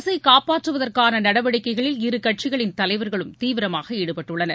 அரசை காப்பாற்றுவதற்கான நடவடிக்கைகளில் இரு கட்சிகளின் தலைவர்களும் தீவிரமாக ஈடுபட்டுள்ளனர்